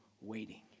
waiting